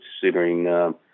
considering